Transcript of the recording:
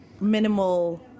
minimal